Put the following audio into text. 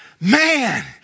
Man